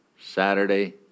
Saturday